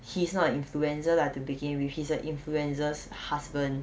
he is not an influencer lah to begin with he's a influencer's husband